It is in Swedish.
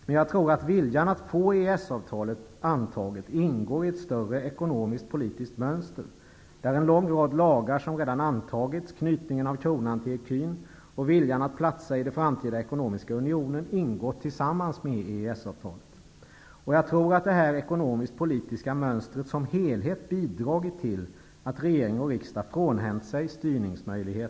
Men jag tror att viljan att få EES avtalet antaget ingår i ett större ekonomiskpolitiskt mönster, där en lång rad lagar som redan har antagits -- knytningen av kronan till ecun och viljan att platsa i den framtida ekonomiska unionen -- ingår tillsammans med EES-avtalet. Jag tror att detta ekonomisk-politiska mönster som helhet har bidragit till att regering och riksdag har frånhänt sig styrningsmöjligheter.